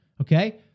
Okay